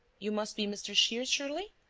you must be mr. shears, surely?